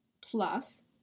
plus